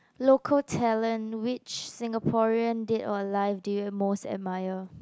local talent which Singaporean dead or alive do you most admire